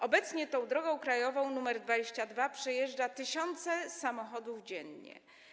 Obecnie drogą krajową nr 22 przejeżdżają tysiące samochodów dziennie.